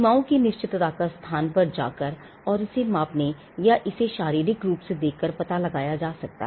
सीमाओं की निश्चितता का स्थान पर जाकर और इसे मापने या इसे शारीरिक रूप से देखकर पता लगाया जा सकता है